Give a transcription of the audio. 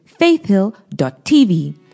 faithhill.tv